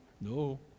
No